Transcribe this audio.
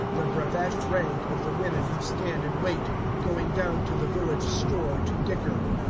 the brevet rank of the women who stand and wait going down to the village store to dicker.